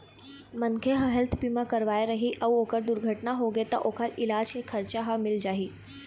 मनखे ह हेल्थ बीमा करवाए रही अउ दुरघटना होगे त ओखर इलाज के खरचा ह मिल जाही